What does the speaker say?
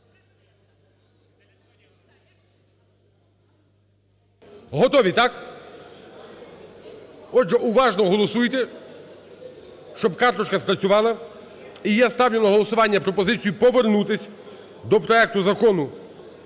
Готові, так? Отже, уважно голосуйте, щоб карточка спрацювала. І я ставлю на голосування пропозицію повернутись до проекту Закону